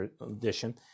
edition